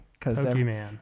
Pokemon